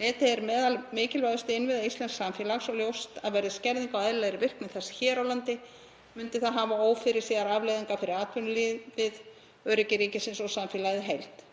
Netið er meðal mikilvægustu innviða íslensks samfélags og ljóst að verði skerðing á eðlilegri virkni þess hér á landi myndi það hafa ófyrirséðar afleiðingar fyrir atvinnulífið, öryggi ríkisins og samfélagið í heild.